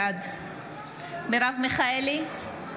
בעד מרב מיכאלי,